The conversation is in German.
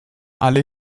alle